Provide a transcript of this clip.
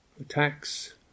attacks